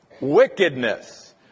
wickedness